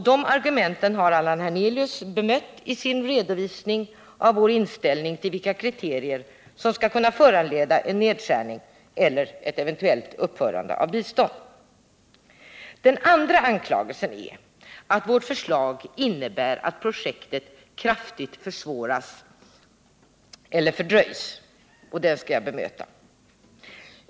De argumenten har Allan Hernelius bemött i sin 2 maj 1979 redovisning av vår inställning till vilka kriterier som skall kunna föranleda en nedskärning eller ett eventuellt upphörande av bistånd. Den andra anklagelsenäratt vårt förslag innebär att projektet kraftigt försvåras eller fördröjs. Den skall jag bemöta.